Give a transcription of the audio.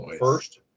first